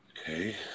Okay